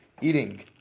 eating